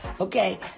Okay